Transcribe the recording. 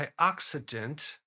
antioxidant